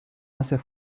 hace